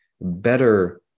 better